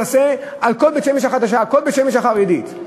תעשה על כל בית-שמש החדשה, על כל בית-שמש החרדית.